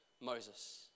Moses